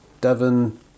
Devon